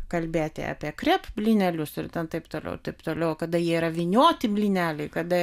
kalbėti apie krep blynelius ir taip toliau ir taip toliau kada jie yra vynioti blyneliai kada